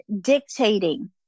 dictating